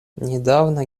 недавно